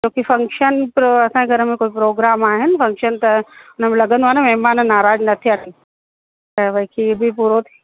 छोकी फ़क्शन त असांजे घर में कोई प्रोग्राम आहिनि फ़क्शन त हुनमें लगंदो आहे न महिमान नाराज़ न थियनि त वरी खीर बि पूरो